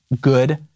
good